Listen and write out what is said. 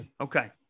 Okay